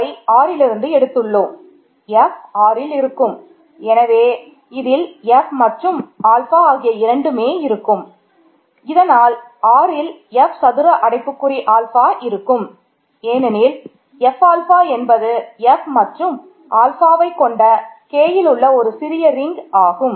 R ring ஆகும்